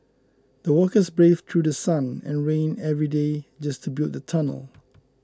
the workers braved through sun and rain every day just to build the tunnel